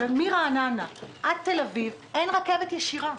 ומרעננה לתל אביב אין רכבת ישירה.